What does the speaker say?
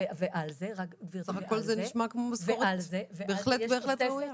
הרי כל זה נשמע כמו משכורת בהחלט-בהחלט ראויה.